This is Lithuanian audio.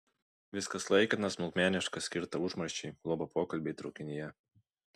viskas laikina smulkmeniška skirta užmarščiai juolab pokalbiai traukinyje